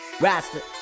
Rasta